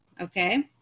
okay